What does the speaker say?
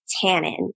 tannin